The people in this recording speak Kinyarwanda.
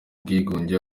bwigunge